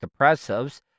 depressives